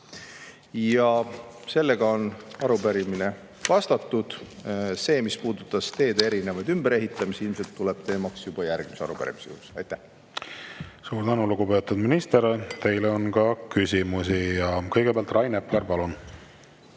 Ja sellega on arupärimisele vastatud. See, mis puudutas teede erinevaid ümberehitamisi, ilmselt tuleb teemaks juba järgmise arupärimise juures. Aitäh! Suur tänu, lugupeetud minister! Teile on ka küsimusi. Kõigepealt Rain Epler,